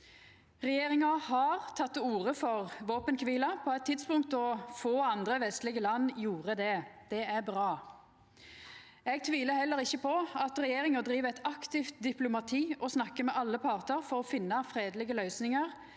Regjeringa har teke til orde for våpenkvile, på eit tidspunkt då få andre vestlege land gjorde det. Det er bra. Eg tvilar heller ikkje på at regjeringa driv eit aktivt diplomati og snakkar med alle partar for å finna fredelege løysingar